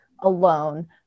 alone